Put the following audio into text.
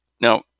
Now